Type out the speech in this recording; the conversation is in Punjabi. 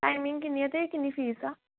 ਟਾਈਮਿੰਗ ਕਿੰਨੀ ਆ ਅਤੇ ਕਿੰਨੀ ਫੀਸ ਆ